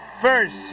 first